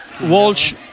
Walsh